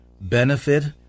benefit